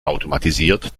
automatisiert